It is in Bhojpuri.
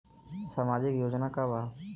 सामाजिक योजना का बा?